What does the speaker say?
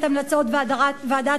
את המלצות ועדת-טרכטנברג,